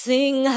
Sing